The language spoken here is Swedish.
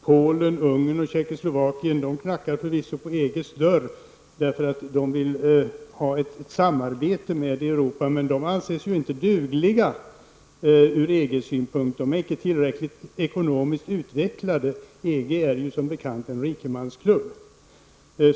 Polen, Ungern och Tjeckoslovakien knackar förvisso på EGs dörr, därför att de vill ha ett samarbete med Europa, men de anses ju inte dugliga ur EG-synpunkt. De är inte tillräckligt ekonomiskt utvecklade. EG är som bekant en rikemansklubb.